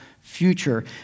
future